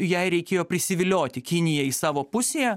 jai reikėjo prisivilioti kiniją į savo pusėje